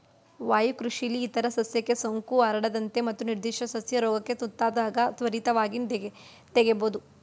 ವಾಯುಕೃಷಿಲಿ ಇತರ ಸಸ್ಯಕ್ಕೆ ಸೋಂಕು ಹರಡದಂತೆ ಮತ್ತು ನಿರ್ಧಿಷ್ಟ ಸಸ್ಯ ರೋಗಕ್ಕೆ ತುತ್ತಾದಾಗ ತ್ವರಿತವಾಗಿ ತೆಗಿಬೋದು